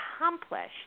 accomplished